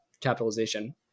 capitalization